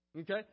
Okay